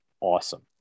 awesome